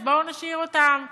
אז בואו נשאיר אותן בבית.